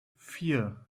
vier